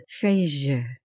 Fraser